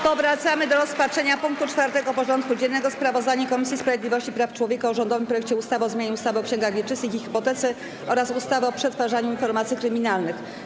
Powracamy do rozpatrzenia punktu 4. porządku dziennego: Sprawozdanie Komisji Sprawiedliwości i Praw Człowieka o rządowym projekcie ustawy o zmianie ustawy o księgach wieczystych i hipotece oraz ustawy o przetwarzaniu informacji kryminalnych.